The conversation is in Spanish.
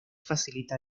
facilita